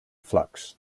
flux